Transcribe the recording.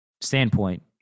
standpoint